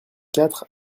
quatre